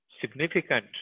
significant